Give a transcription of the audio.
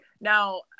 Now